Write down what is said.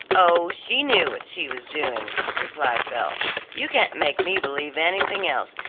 oh, she knew what she was doing, replied belle you can't make me believe anything else,